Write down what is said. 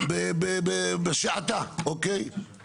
בשעתה אוקיי?